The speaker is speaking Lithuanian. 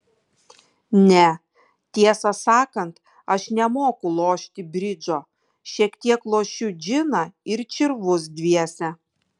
ne tiesą sakant aš nemoku lošti bridžo šiek tiek lošiu džiną ir čirvus dviese